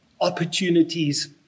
opportunities